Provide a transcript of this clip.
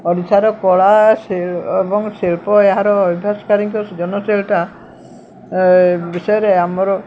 ଓଡ଼ିଶାର କଳା ଏବଂ ଶିଳ୍ପ ଏହାର ଅଭ୍ୟାସକାରୀତା ଜନଶୀଳତା ବିଷୟରେ ଆମର